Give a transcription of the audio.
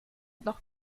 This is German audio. noch